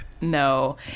No